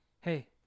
hey